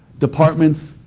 departments,